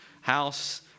House